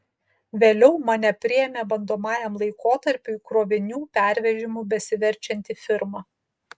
vėliau mane priėmė bandomajam laikotarpiui krovinių pervežimu besiverčianti firma